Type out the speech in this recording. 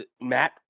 Matt